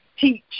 teach